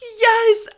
yes